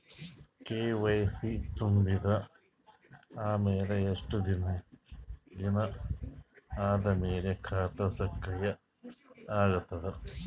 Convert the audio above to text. KYC ತುಂಬಿದ ಅಮೆಲ ಎಷ್ಟ ದಿನ ಆದ ಮೇಲ ಖಾತಾ ಸಕ್ರಿಯ ಅಗತದ?